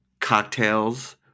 cocktails